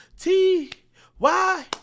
T-Y